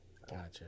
gotcha